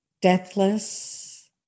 deathless